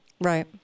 Right